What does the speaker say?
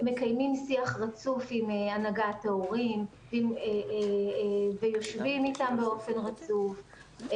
מקיימים שיח רצוף עם הנהגת ההורים ויושבים איתם באופן רצוף.